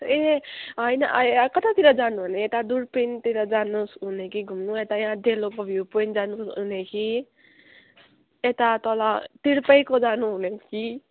ए होइन यहाँ कतातिर जानुहुने यता दुर्पिनतिर जानुहुने कि घुम्नु कि यहाँ डेलोको भ्यु पोइन्ट जानुहुने कि यता तल तिर्पाईको जानुहुने कि